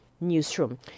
Newsroom